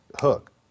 Hook